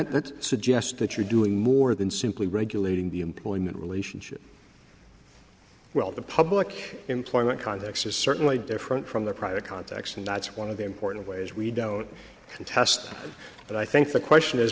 let's suggest that you're doing more than simply regulating the employment relationship well the public employment context is certainly different from the private context and that's one of the important ways we don't contest but i think the question is